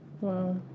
Wow